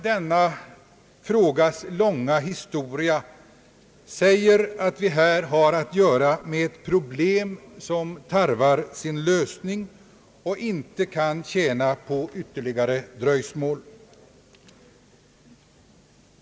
Denna frågas långa historia visar väl att vi här har att göra med ett problem som tarvar sin lösning och där man ej kan tjäna på ytterligare dröjsmål.